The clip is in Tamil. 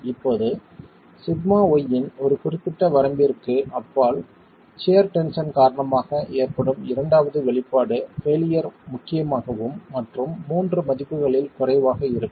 இப்போது σy இன் ஒரு குறிப்பிட்ட வரம்பிற்கு அப்பால் சியர் டென்ஷன் காரணமாக ஏற்படும் இரண்டாவது வெளிப்பாடு பெயிலியர் முக்கியமாகவும் மற்றும் மூன்று மதிப்புகளில் குறைவாக இருக்கும்